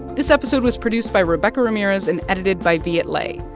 this episode was produced by rebecca ramirez and edited by viet le.